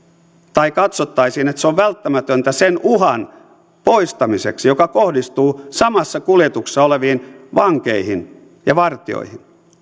tai katsottaisiin että se on välttämätöntä sen uhan poistamiseksi joka kohdistuu samassa kuljetuksessa oleviin vankeihin ja vartijoihin